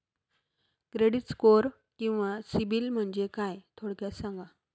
Credit score किंवा CIBIL म्हणजे काय? थोडक्यात सांगा